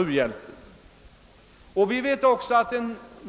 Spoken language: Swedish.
u-hjälpsengagemang.